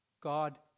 God